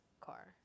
car